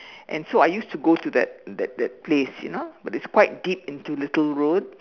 and so I used to go to that that that place you know but it's quite deep into Little Road